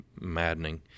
maddening